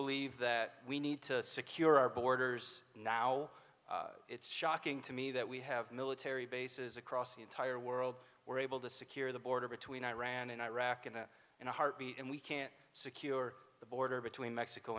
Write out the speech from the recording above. believe that we need to secure our borders now it's shocking to me that we have military bases across the entire world we're able to secure the border between iran and iraq and in a heartbeat and we can't secure the border between mexico